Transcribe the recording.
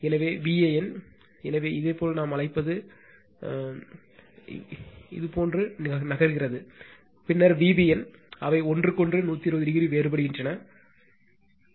எனவே Van எனவே இதேபோல் நாம் அழைப்பது போன்று நகர்கிறது பின்னர் Vbn அவை ஒன்றுக்கொன்று 120 வேறுபடுகின்றன என்று நான் கூறினேன்